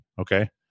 Okay